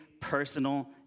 personal